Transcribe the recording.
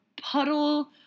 puddle